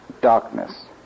darkness